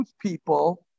people